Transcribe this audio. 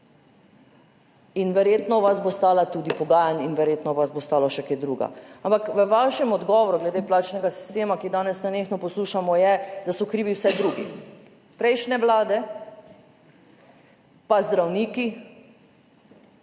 In verjetno vas bo stala tudi pogajanj in verjetno vas bo stala še česa drugega. Ampak v vašem odgovoru glede plačnega sistema, kar danes nenehno poslušamo, je, da so krivi vsi drugi, prejšnje vlade, pa zdravniki,